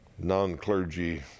non-clergy